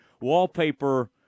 wallpaper